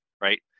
right